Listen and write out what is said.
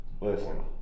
Listen